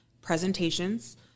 Presentations